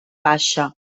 baixa